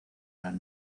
eran